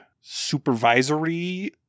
supervisory